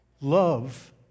Love